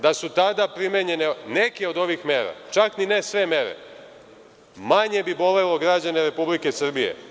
Da su tada primenjene neke od ovih mera, čak ne ni sve mere, manje bi bolelo građane republike Srbije.